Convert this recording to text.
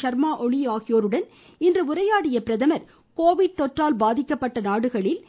ஷர்மா ஒலி ஆகியோருடன் இன்று உரையாடிய பிரதமர் கோவிட் தொற்றால் பாதிக்கப்பட்ட நாடுகளில்